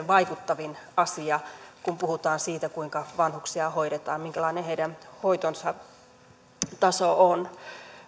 vaikuttavin asia kun puhutaan siitä kuinka vanhuksia hoidetaan minkälainen heidän hoitonsa taso on